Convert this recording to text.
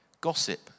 Gossip